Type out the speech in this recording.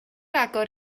agor